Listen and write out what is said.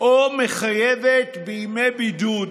או מחייבת בימי בידוד